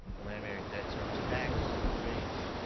preliminary debt service tax rates.